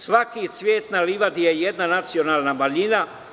Svaki cvet na livadi je jedna nacionalna manjina.